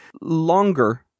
longer